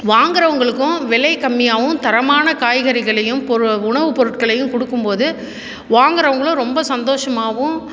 வாங்குகிறவங்களுக்கும் விலை கம்மியாகவும் தரமான காய்கறிகளையும் பொரு உணவு பொருட்களையும் கொடுக்கும் போது வாங்குகிறவங்களும் ரொம்ப சந்தோஷமாகவும்